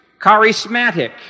charismatic